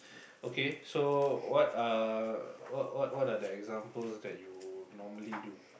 okay so what are what what what are the examples that you normally do